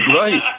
right